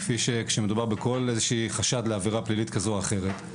כשמדובר בחשד לעבירה פלילית כזו או אחרת,